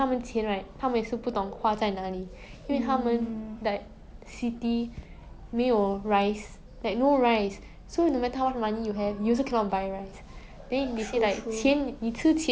yeah